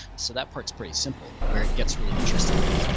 so that part's pretty simple. where it gets really interesting and you